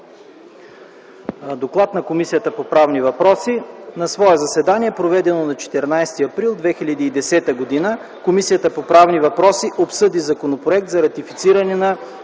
доклада на Комисията по правни въпроси: „На свое заседание, проведено на 14 април 2010 г., Комисията по правни въпроси обсъди Законопроект за ратифициране на